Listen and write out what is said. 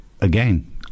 again